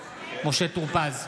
משה טור פז,